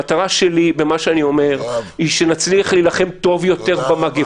המטרה בדברים שלי היא שנצליח להילחם טוב יותר במגפה.